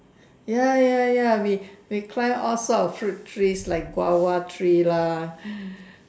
ya ya ya we we climb all such of fruit trees like guava tree lah